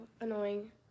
annoying